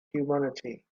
humanity